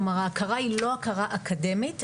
כלומר ההכרה היא לא הכרה אקדמית,